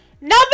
Number